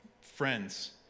friends